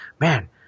Man